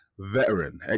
veteran